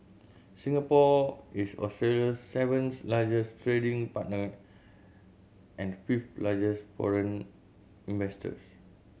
Singapore is Australia's seventh largest trading partner and fifth largest foreign investors